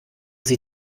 sie